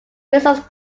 results